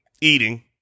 eating